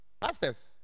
Pastors